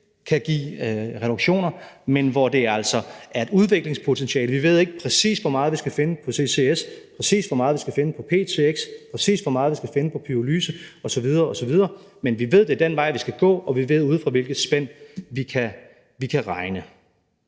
kan give reduktioner, men hvor det altså er et udviklingspotentiale. Vi ved ikke, præcis hvor meget vi skal finde på ccs, præcis hvor meget vi skal finde på ptx, præcis hvor meget vi skal finde på pyrolyse osv. osv., men vi ved, det er den vej, vi skal gå, og vi ved, ud fra hvilket spænd vi kan regne.